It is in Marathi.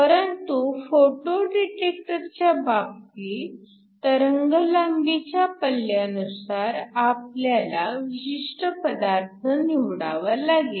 परंतु फोटो डिटेक्टरच्या बाबतीत तरंगलांबीच्या पल्ल्यानुसार आपल्याला विशिष्ट पदार्थ निवडावा लागेल